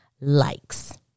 likes